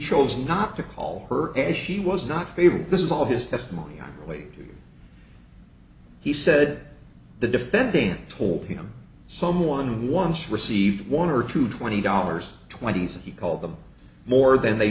chose not to call her as she was not favoring this is all his testimony i'm wagering he said the defendant told him someone once received one or two twenty dollars twenty's and he called them more than they